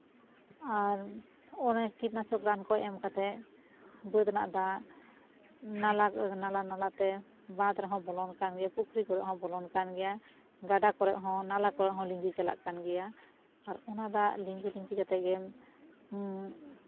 ᱟᱨ ᱚᱱᱮ ᱠᱤᱴᱱᱟᱥᱚᱠ ᱨᱟᱱ ᱠᱚ ᱮᱢ ᱠᱟᱛᱮᱫ ᱵᱟᱹᱫᱽ ᱨᱮᱱᱟᱜ ᱫᱟᱜ ᱱᱟᱞᱟ ᱱᱟᱞᱟᱛᱮ ᱵᱟᱹᱫᱷ ᱠᱚᱨᱮᱫ ᱦᱚᱸ ᱵᱚᱞᱚᱱ ᱠᱟᱱ ᱜᱮᱭᱟ ᱯᱩᱠᱷᱨᱤ ᱠᱚᱨᱮᱫ ᱦᱚᱸ ᱵᱚᱞᱚᱜ ᱠᱟᱱ ᱜᱮᱭᱟ ᱜᱟᱰᱟ ᱠᱚᱨᱮᱫ ᱦᱚᱸ ᱱᱟᱞᱟ ᱠᱚᱨᱮᱫ ᱦᱚᱸ ᱞᱤᱸᱡᱤ ᱪᱟᱞᱟᱜ ᱠᱟᱱ ᱜᱮᱭᱟ ᱟᱨ ᱚᱱᱟ ᱫᱟᱜ ᱞᱤᱸᱡᱤ ᱞᱤᱸᱡᱤ ᱠᱟᱛᱮᱫ ᱜᱮ